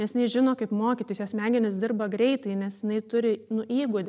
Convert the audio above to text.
nes jinai žino kaip mokytis jos smegenys dirba greitai nes jinai turi nu įgūdį